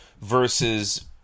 versus